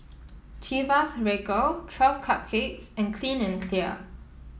Chivas Regal Twelve Cupcakes and Clean and Clear